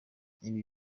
ibi